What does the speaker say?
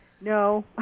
No